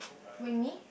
with me